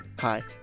Hi